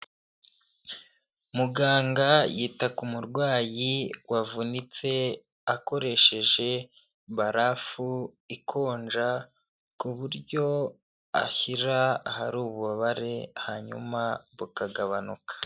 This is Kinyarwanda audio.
Muganga yita ku murwayi wavunitse, akoresheje barafu ikonja, ku buryo ashyira ahari ububabare hanyuma bukagabanuka.